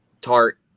Tart